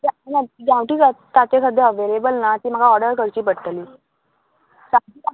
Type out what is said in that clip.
ना ना गांवठी ताचे सद्द्या अवेलेबल ना ती म्हाका ऑर्डर करची पडटली सामकी